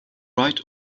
right